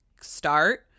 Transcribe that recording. start